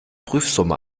prüfsumme